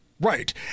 Right